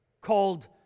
called